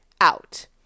out